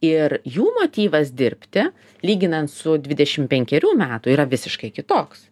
ir jų motyvas dirbti lyginant su dvidešim penkerių metų yra visiškai kitoks